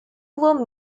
were